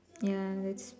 ya that's